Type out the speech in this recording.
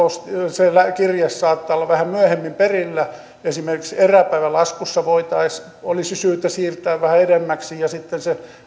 se kirje saattaa olla vähän myöhemmin perillä esimerkiksi eräpäivä laskussa olisi syytä siirtää vähän edemmäksi ja sitten se